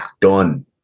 done